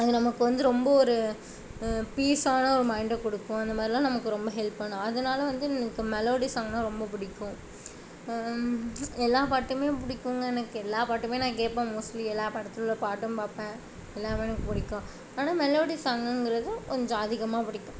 அது நமக்கு வந்து ரொம்ப ஒரு பீஸான ஒரு மைண்ட் கொடுக்கும் இந்தமாதிரிலா நமக்கு ரொம்ப ஹெல்ப் பண்ணும் அதனால் வந்து எனக்கு மெலோடி சாங்னா ரொம்ப பிடிக்கும் எல்லா பாட்டுமே பிடிக்குங்க எனக்கு எல்லா பாட்டுமே நான் கேட்பேன் மோஸ்ட்லி எல்லா படத்திலவுள்ள பாட்டும் பார்ப்பேன் எல்லாமே எனக்கு பிடிக்கும் ஆனால் மெலோடி சாங்குங்கிறது கொஞ்சம் அதிகமாக பிடிக்கும்